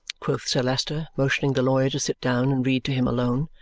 quoth sir leicester, motioning the lawyer to sit down and read to him alone.